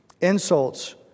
insults